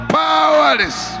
powerless